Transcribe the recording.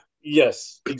yes